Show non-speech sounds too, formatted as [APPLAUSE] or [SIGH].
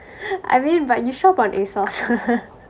I mean but you shop on asos [LAUGHS]